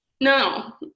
No